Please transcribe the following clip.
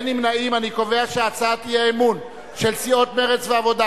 אני קובע שהצעת האי-אמון של סיעות מרצ והעבודה,